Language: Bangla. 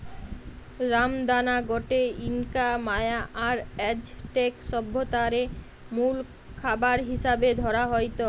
রামদানা গটে ইনকা, মায়া আর অ্যাজটেক সভ্যতারে মুল খাবার হিসাবে ধরা হইত